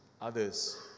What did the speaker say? others